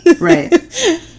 right